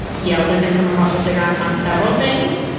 yelled at him from across the playground on several things.